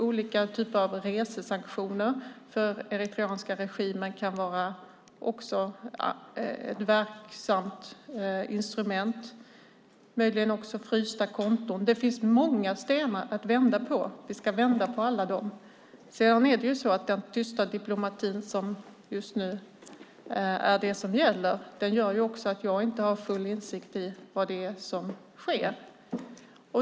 Olika typer av resesanktioner för den eritreanska regimen kan också vara ett verksamt instrument, möjligen även frysta konton. Det finns många stenar att vända på, och vi ska vända på alla. Den tysta diplomati som är det som gäller just nu gör att jag inte har full insikt i vad som sker.